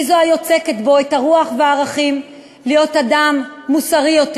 היא זו היוצקת בו את הרוח והערכים להיות אדם מוסרי יותר.